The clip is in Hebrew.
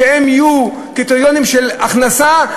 שיהיו קריטריונים של הכנסה,